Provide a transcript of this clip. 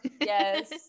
Yes